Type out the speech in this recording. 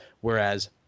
Whereas